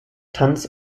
tanz